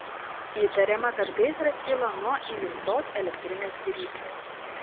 įtariama kad gaisras kilo nuo įjungtos elektrinės viryklės